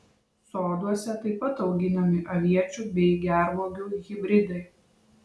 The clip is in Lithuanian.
soduose taip pat auginami aviečių bei gervuogių hibridai